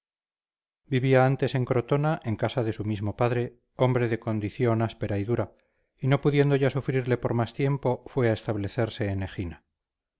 vivía antes en crotona en casa de su mismo padre hombre de condición áspera y dura y no pudiendo ya sufrirle por más tiempo fue a establecerse en egina